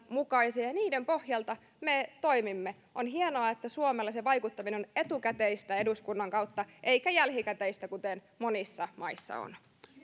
mukaisia ja ja niiden pohjalta me toimimme on hienoa että suomella se vaikuttaminen on etukäteistä eduskunnan kautta eikä jälkikäteistä kuten monissa maissa on